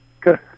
Good